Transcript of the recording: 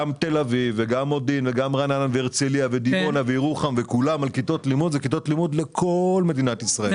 מדובר על כיתות לימוד לכל מדינת ישראל.